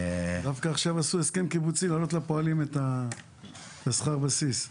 דווקא עכשיו עשו הסכם קיבוצי להעלות לפועלים את שכר הבסיס.